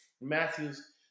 Matthews